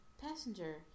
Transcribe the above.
passenger